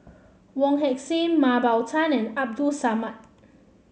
Wong Heck Sing Mah Bow Tan and Abdul Samad